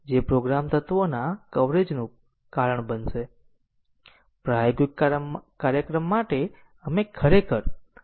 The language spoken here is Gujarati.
તેથી આ પ્રોગ્રામ માટે તેનો ઉપયોગ કરીને અમારી પાસે આના જેવો આલેખ હશે પરંતુ પછી આપણે પદ્ધતિસરની તકનીક વિશે ચર્ચા કરીએ જે આપખુદ પ્રેગ્રામ આપશે